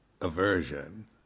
aversion